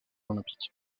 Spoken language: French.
olympiques